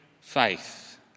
faith